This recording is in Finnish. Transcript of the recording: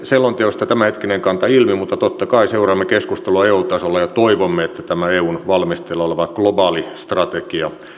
selonteosta ilmi mutta totta kai seuraamme keskustelua eu tasolla ja toivomme että tämä eun valmisteilla oleva globaali strategia